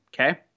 okay